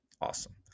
Awesome